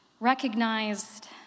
recognized